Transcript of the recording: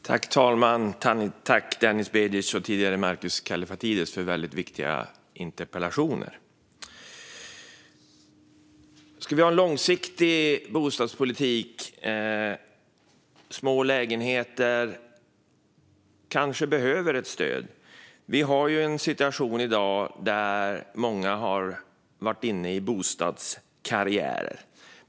Fru talman! Tack, Denis Begic och Markus Kallifatides, för väldigt viktiga interpellationer! Ska vi ha en långsiktig bostadspolitik med små lägenheter och så vidare kanske det behövs ett stöd. I dag har vi en situation där många har gjort bostadskarriärer.